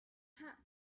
hat